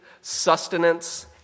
sustenance